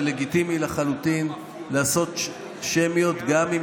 זה לגיטימי לחלוטין לעשות שמיות גם אם